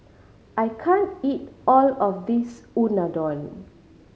I can't eat all of this Unadon